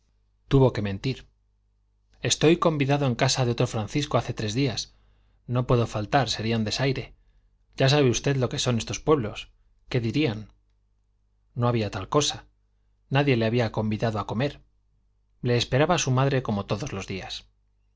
tuvo que mentir estoy convidado en casa de otro francisco hace tres días no puedo faltar sería un desaire ya sabe usted lo que son estos pueblos qué dirían no había tal cosa nadie le había convidado a comer le esperaba su madre como todos los días